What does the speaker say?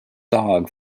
dog